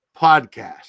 podcast